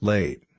Late